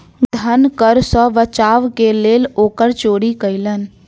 धन कर सॅ बचाव के लेल ओ कर चोरी कयलैन